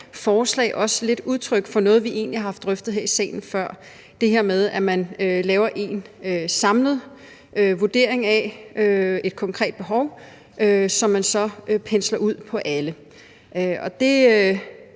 forslag også lidt udtryk for noget, vi egentlig har haft drøftet her i salen før, altså det her med, at man laver én samlet vurdering af et konkret behov, som man så pensler ud på alle. Det